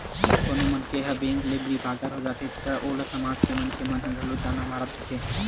कोनो मनखे ह बेंक ले डिफाल्टर हो जाथे त ओला समाज के मनखे मन ह घलो ताना मारत रहिथे